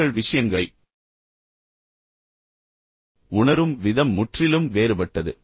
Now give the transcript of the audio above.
மக்கள் விஷயங்களை உணரும் விதம் முற்றிலும் வேறுபட்டது